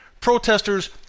Protesters